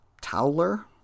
Towler